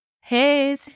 Hey